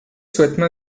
souhaitent